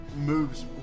moves